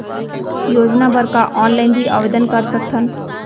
योजना बर का ऑनलाइन भी आवेदन कर सकथन?